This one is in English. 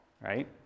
right